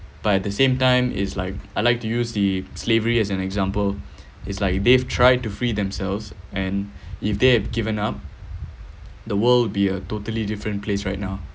but at the same time is like I like to use the slavery as an example it's like they've tried to free themselves and if they have given up the world be a totally different place right now